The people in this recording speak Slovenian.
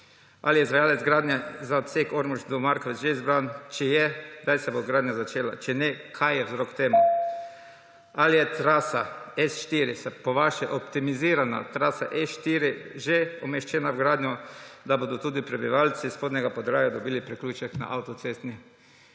Ali je izvajalec gradnje za odsek od Ormoža do Markovcev že izbran? Če je, kdaj se bo gradnja začela? Če ni, kaj je vzrok temu? Ali je po vaše optimizirana trasa S4 že umeščena v gradnjo, da bodo tudi prebivalci Spodnjega Podravja dobili priključek na avtocestni